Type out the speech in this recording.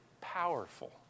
powerful